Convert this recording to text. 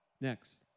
Next